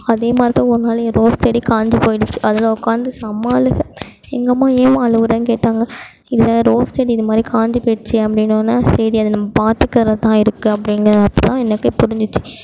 அதேமாதிரி தான் ஒரு நாள் என் ரோஸ் செடி காய்ஞ்சி போய்டுச்சி அதில் உட்காந்து செம்ம அழுகை எங்கள் அம்மா ஏம்மா அழுகிறனு கேட்டாங்க இல்லை ரோஸ் செடி இது மாதிரி காய்ஞ்சி போய்டுச்சு அப்டின்னவொடனே சரி அது நம்ம பாத்துக்கறதுல தான் இருக்கு அப்படிங்கிறப்ப தான் எனக்கே புரிஞ்சிச்சு